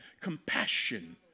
compassion